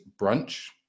brunch